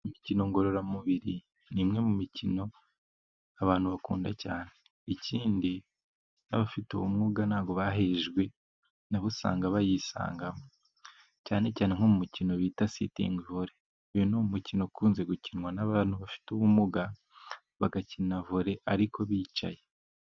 Imikino ngororamubiri ni imwe mu mikino abantu bakunda cyane. Ikindi n'abafite ubumuga ntabwo bahejwe, nabo usanga bayisangamo cyane cyane nko mu mukino bita sitingi vore. uyu ni umukino ukunze gukinwa n'abantu bafite ubumuga, bagakina vore ariko bicaye.